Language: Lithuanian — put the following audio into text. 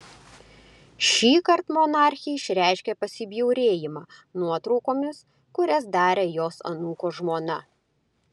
šįkart monarchė išreiškė pasibjaurėjimą nuotraukomis kurias darė jos anūko žmona